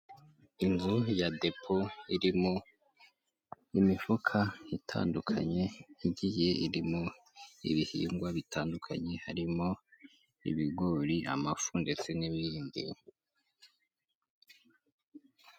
Inzu ya depo irimo imifuka itandukanye, igiye iririmo ibihingwa bitandukanye, harimo ibigori, amafu ndetse n'ibindi.